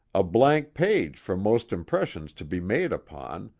a blank page for most impressions to be made upon,